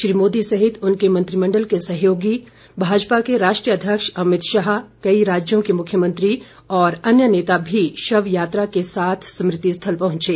श्री मोदी सहित उनके मंत्रिमण्डल के सहयोगी भाजपा के राष्ट्रीय अध्यक्ष अमित शाह कई राज्यों के मुख्यमंत्री और अन्य नेता भी शवयात्रा के साथ स्मृति स्थल पहुंचे